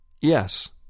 Yes